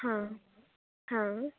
हा हा